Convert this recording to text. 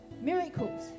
miracles